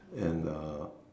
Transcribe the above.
and uh